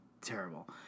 terrible